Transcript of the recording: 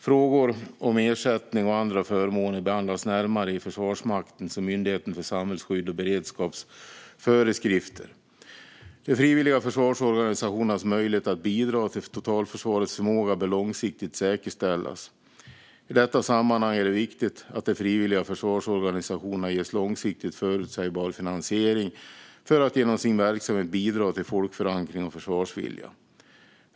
Frågor om ersättning och andra förmåner behandlas närmare i Försvarsmaktens och Myndigheten för samhällsskydd och beredskaps föreskrifter. De frivilliga försvarsorganisationernas möjligheter att bidra till totalförsvarets förmåga bör långsiktigt säkerställas. I detta sammanhang är det viktigt att de frivilliga försvarsorganisationerna ges långsiktigt förutsägbar finansiering för att genom sin verksamhet bidra till folkförankring och försvarsvilja.